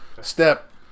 Step